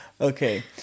okay